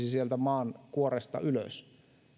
sieltä maankuoresta ylös